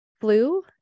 flu